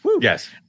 yes